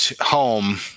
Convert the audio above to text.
home